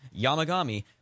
Yamagami